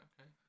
okay